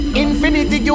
infinity